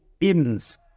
ins